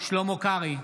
שלמה קרעי,